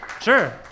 sure